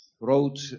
wrote